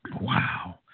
Wow